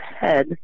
head